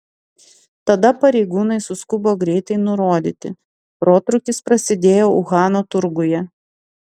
tada pareigūnai suskubo greitai nurodyti protrūkis prasidėjo uhano turguje